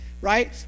right